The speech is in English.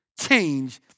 change